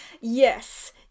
Yes